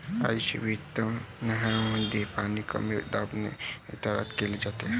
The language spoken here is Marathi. आधीच विहित नमुन्यांमध्ये पाणी कमी दाबाने वितरित केले जाते